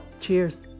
Cheers